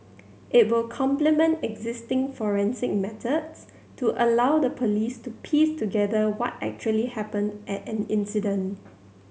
it will complement existing forensic methods to allow the police to piece together what actually happened at an incident